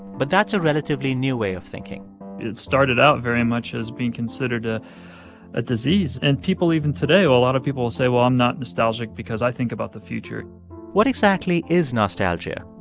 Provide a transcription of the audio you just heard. but that's a relatively new way of thinking it started out very much as being considered ah a disease. and people even today well, a lot of people will say, well, i'm not nostalgic because i think about the future what exactly is nostalgia?